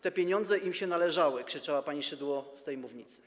Te pieniądze im się należały”, krzyczała pani Szydło z tej mównicy.